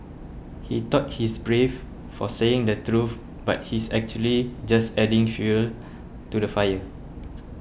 he thought he's brave for saying the truth but he's actually just adding fuel to the fire